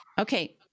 Okay